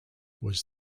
was